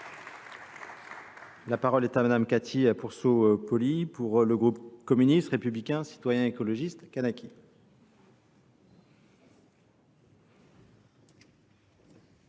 La parole est à Mme Cathy Apourceau Poly, pour le groupe Communiste Républicain Citoyen et Écologiste – Kanaky.